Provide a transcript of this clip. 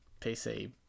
PC